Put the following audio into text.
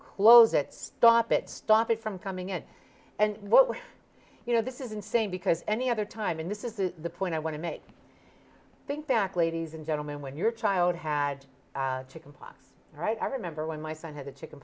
close it stop it stop it from coming in and what you know this is insane because any other time in this is the point i want to make think back ladies and gentlemen when your child had to comply right i remember when my son had the chicken